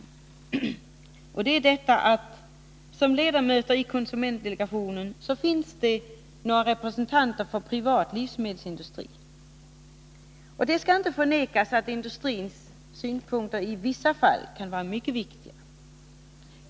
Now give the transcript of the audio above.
Ett av dem är att det som ledamöter i delegationen finns några representanter för privat livsmedelsindustri. Det skall inte förnekas att industrins synpunkter i vissa fall kan vara mycket viktiga.